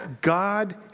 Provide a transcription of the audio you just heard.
God